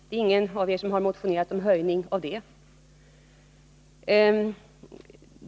Det är ingen av er som har motionerat om höjning av det. antalet.